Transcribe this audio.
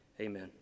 Amen